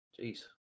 Jeez